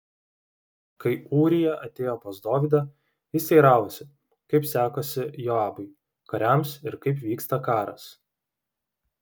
kai ūrija atėjo pas dovydą jis teiravosi kaip sekasi joabui kariams ir kaip vyksta karas